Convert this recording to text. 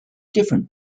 different